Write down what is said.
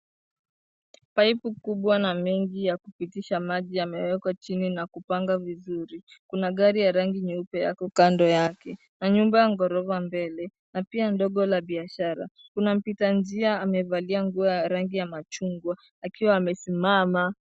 Paipu kubwa na mingi ya kupitisha maji yamewekwa chini na kupanga vizuri. Kuna gari ya rangi nyeupe yako kando yake na nyumba ya ghorofa mbele na pia ndogo la biashara. Kuna mpitanjia amevaa nguo ya rangi ya machungwa akiwa amesimama.